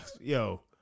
yo